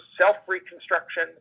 self-reconstruction